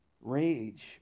Rage